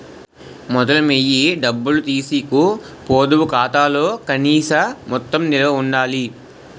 మొదలు మొయ్య డబ్బులు తీసీకు పొదుపు ఖాతాలో కనీస మొత్తం నిలవ ఉండాల